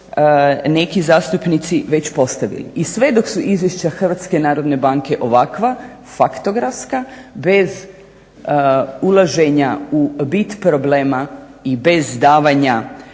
neki zastupnici već postavili. I sve dok su izvješća HNB-a ovakva faktografska bez ulaženja u bit problema i bez davanja